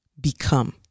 become